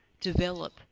develop